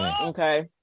Okay